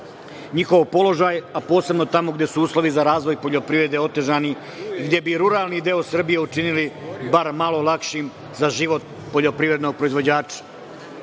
njihov položaj, a posebno tamo gde su uslovi za razvoj poljoprivrede otežani, gde bi ruralni deo Srbije učinili bar malo lakšim za život poljoprivrednog proizvođača. Dame